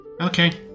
Okay